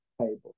table